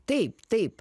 taip taip